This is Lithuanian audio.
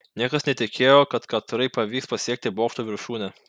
niekas netikėjo kad katrai pavyks pasiekti bokšto viršūnę